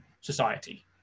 society